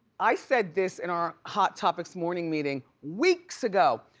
i said this in our hot topics morning meeting weeks ago.